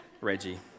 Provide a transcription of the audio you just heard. Reggie